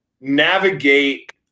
navigate –